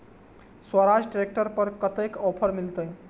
Swaraj tractor पर कतेक offer मिलते?